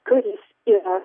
kuris ir